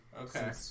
Okay